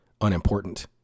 unimportant